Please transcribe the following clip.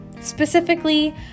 specifically